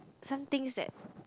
some things that